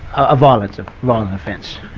a violent ah violent offence,